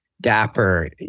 dapper